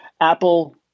Apple